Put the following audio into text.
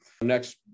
next